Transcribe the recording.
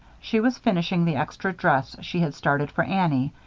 she was finishing the extra dress she had started for annie,